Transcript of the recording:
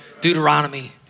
Deuteronomy